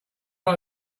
got